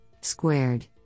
squared